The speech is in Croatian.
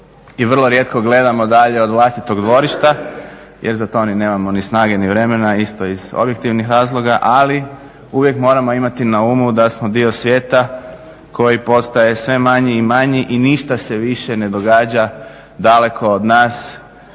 i vrlo rijetko gledamo dalje od vlastitog dvorišta jer za to ni nemamo ni snage ni vremena isto iz objektivnih razloga, ali uvijek moramo imati na umu da smo dio svijeta koji postaje sve manji i manji i ništa se više ne događa daleko od nas,